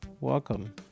welcome